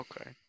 Okay